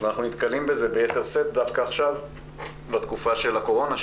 ואנחנו נתקלים בזה ביתר שאת דווקא עכשיו בתקופה של הקורונה,